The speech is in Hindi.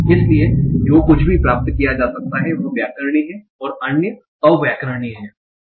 इसलिए जो कुछ भी प्राप्त किया जा सकता है वह व्याकरणिक है और अन्य अव्याकरणिक हैं